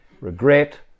regret